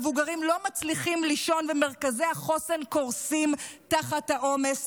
מבוגרים לא מצליחים לישון ומרכזי החוסן קורסים תחת העומס.